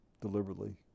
Deliberately